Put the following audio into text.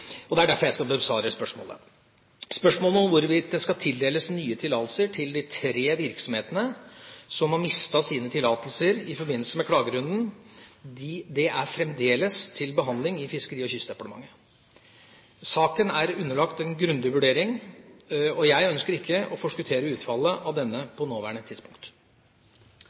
Det er derfor jeg skal besvare spørsmålet. Spørsmålet om hvorvidt det skal tildeles nye konsesjoner til de tre virksomhetene som har mistet sine konsesjoner i forbindelse med klagerunden, er fremdeles til behandling i Fiskeri- og kystdepartementet. Saken er underlagt en grundig vurdering, og jeg ønsker ikke å forskuttere utfallet av denne på det nåværende tidspunkt.